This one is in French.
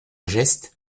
geste